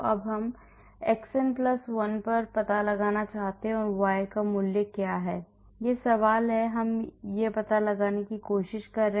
अब हम xn 1 पर पता लगाना चाहते हैं कि y का मूल्य क्या है यह सवाल है हम यह पता लगाने की कोशिश कर रहे हैं